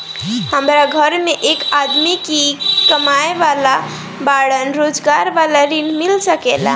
हमरा घर में एक आदमी ही कमाए वाला बाड़न रोजगार वाला ऋण मिल सके ला?